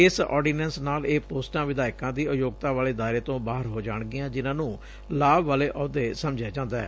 ਇਸ ਆਰਡੀਨੈਂਸ ਨਾਲ ਇਹ ਪੋਸਟਾਂ ਵਿਧਾਇਕਾਂ ਦੀ ਅਯੋਗਤਾ ਵਾਲੇ ਦਾਇਰੇ ਤੋਂ ਬਾਹਰ ਹੋ ਜਾਣਗੀਆਂ ਜਿਨ੍ਹਾਂ ਨੂੰ ਲਾਭ ਵਾਲੇ ਆਹੁਦੇ ਸਮਝਿਆ ਜਾਂਦੈ